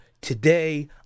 today